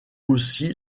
aussi